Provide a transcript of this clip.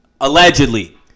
Allegedly